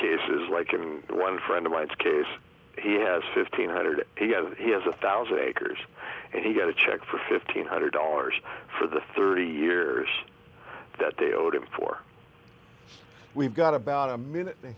cases like in the one friend of mine's case he has fifteen hundred he has a thousand acres and he got a check for fifteen hundred dollars for the thirty years that they owed him for we've got about a minute